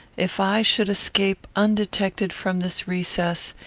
if i should escape undetected from this recess,